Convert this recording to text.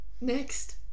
next